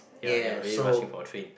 ya ya very rushing for train